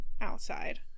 outside